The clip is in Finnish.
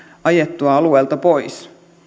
ajettua alueelta pois